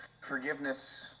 forgiveness